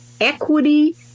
equity